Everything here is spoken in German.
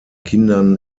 kindern